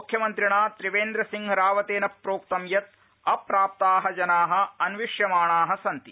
मुख्यमन्त्रिणा त्रिवेन्द्र सिंह रावतेन प्रोक्तं यत् अप्राप्ता जना अन्विष्यमाणा सन्ति